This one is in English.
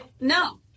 No